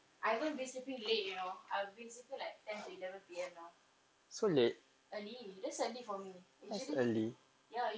I haven't been sleeping late you know I've been sleeping like ten to eleven P_M early that's early for me usually ya usually I will sleep like last time your is it our sleep very late now I'm like